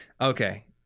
Okay